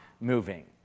moving